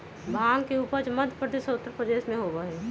भांग के उपज मध्य प्रदेश और उत्तर प्रदेश में होबा हई